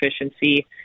efficiency